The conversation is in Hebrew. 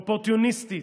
אופורטוניסטית.